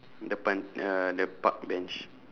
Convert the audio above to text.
depan uh the park bench